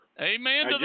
Amen